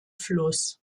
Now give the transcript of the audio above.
fluss